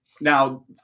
Now